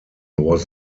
was